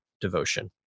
devotion